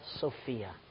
Sophia